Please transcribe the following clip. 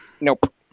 nope